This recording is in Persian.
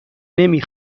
نمی